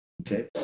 Okay